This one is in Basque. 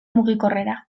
mugikorrera